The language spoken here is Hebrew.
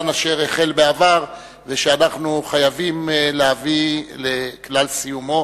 אשר החל בעבר ואנחנו חייבים להביא לכלל סיומו.